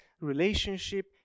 relationship